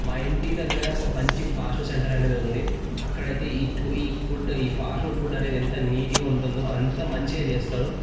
మా ఇంటి దగ్గర ఒక మంచి ఫాస్ట్ ఫుడ్ సెంటర్ అనేది ఉంది అక్కడైతే ఈ ఈ ఫుడ్ ఈ ఫాస్ట్ ఫుడ్ ఫుడ్ అనేది ఎంత నీట్గా ఉంటుందో అంత మంచిగా చేస్తారు